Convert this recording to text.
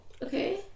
Okay